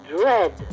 dread